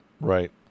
right